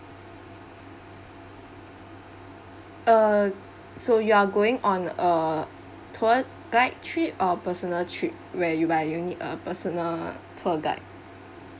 uh so you're going on a tour guide trip or personal trip where you by you need a personal tour guide